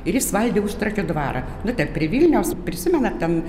ir jis valdė užtrakio dvarą nu ten prie vilniaus prisiment ten